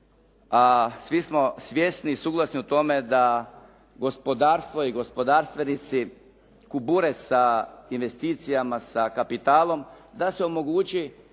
a svi smo svjesni i suglasni o tome da gospodarstvo i gospodarstvenici kubure sa investicijama, sa kapitalom, da se omogući